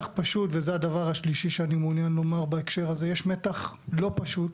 הדבר השלישי שאני מעוניין לומר בהקשר הזה יש מתח לא פשוט